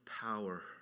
power